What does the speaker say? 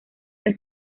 que